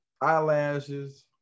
eyelashes